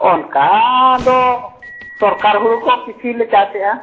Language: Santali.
ᱚᱱᱠᱟ ᱫᱚ ᱥᱚᱨᱠᱟᱨ ᱦᱳᱲᱳ ᱠᱚ ᱠᱤᱪᱷᱩ ᱞᱮ ᱪᱟᱥᱮᱜᱼᱟ